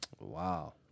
Wow